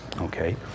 Okay